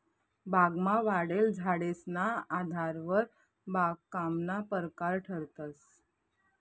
बागमा वाढेल झाडेसना आधारवर बागकामना परकार ठरतंस